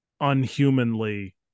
unhumanly